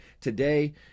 Today